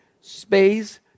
Space